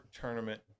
tournament